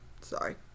Sorry